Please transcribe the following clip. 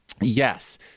Yes